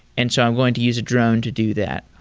and so i'm going to use a drone to do that.